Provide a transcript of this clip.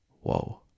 Whoa